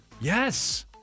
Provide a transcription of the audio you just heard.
yes